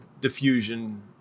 diffusion